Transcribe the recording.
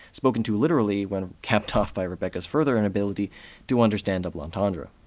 spoken to literally when capped off by rebecca's further inability to understand double entendre.